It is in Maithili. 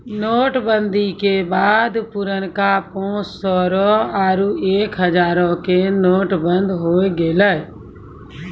नोट बंदी के बाद पुरनका पांच सौ रो आरु एक हजारो के नोट बंद होय गेलै